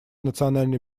национальной